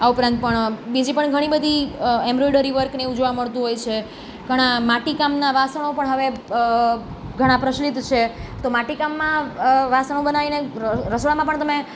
આ ઉપરાંત પણ બીજી પણ ઘણી બધી એમ્બ્રોઇડરી વર્કને એવું જોવા મળતું હોય છે ઘણાં માટી કામના વાસણો પણ હવે ઘણાં પ્રચલિત છે તો માટી કામમાં વાસણો બનાવીને રસોડામાં પણ તમે